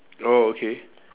oh okay